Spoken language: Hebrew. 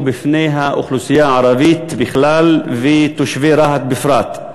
בפני האוכלוסייה הערבית בכלל ותושבי רהט בפרט.